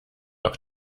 auch